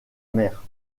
mère